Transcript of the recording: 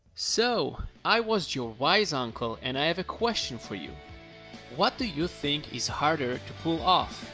so i was your wise uncle, and i have a question for you what do you think is harder to pull off?